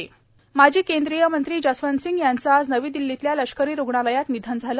जसवंतसिंग निधन माजी केंद्रीय मंत्री जसवंतसिंह यांचं आज नवी दिल्लीतल्या लष्करी रुग्णालयात निधन झालं